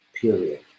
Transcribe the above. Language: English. period